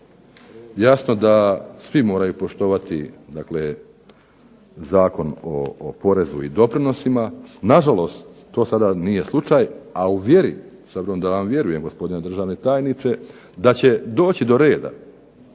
Jasno da svi moraju poštovani Zakon o porezu i doprinosima. Nažalost, to sada nije slučaj. A u vjeri, s obzirom da vam vjerujem gospodine državni tajniče, da će doći do reda